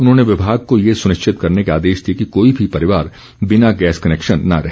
उन्होंने विभाग को ये सुनिश्चित करने के आदेश दिए कि कोई भी परिवार बिना गैस कनेक्शन न रहे